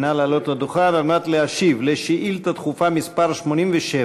נא לעלות לדוכן על מנת להשיב על שאילתה דחופה מס' 87